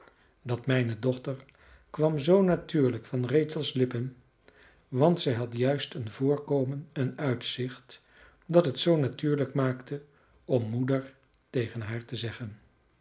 dat mijne dochter kwam zoo natuurlijk van rachels lippen want zij had juist een voorkomen en uitzicht dat het zoo natuurlijk maakte om moeder tegen haar te zeggen